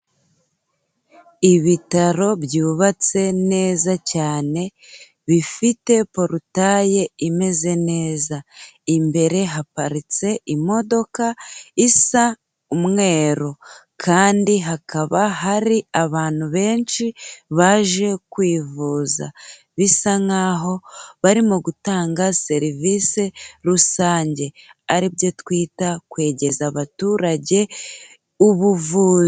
Ibitaro byubatse neza cyane, bifite porutaye imeze neza. Imbere haparitse imodoka isa umweru kandi hakaba hari abantu benshi baje kwivuza, bisa nkaho barimo gutanga serivisi rusange, ari byo twita kwegereza abaturage ubuvu...